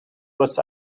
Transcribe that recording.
was